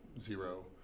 zero